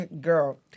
Girl